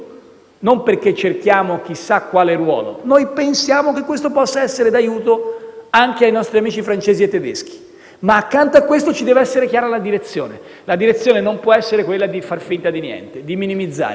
non perché cerchiamo chissà quale ruolo. Noi pensiamo che questo possa essere d'aiuto anche ai nostri amici francesi e tedeschi. Ma, accanto a questo, deve esserci chiara la direzione. La direzione non può essere quella di far finta di niente e di minimizzare.